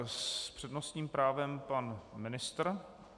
S přednostním právem pan ministr.